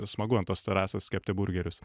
smagu ant tos trasos kepti burgerius